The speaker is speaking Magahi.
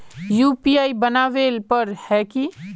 यु.पी.आई बनावेल पर है की?